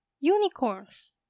unicorns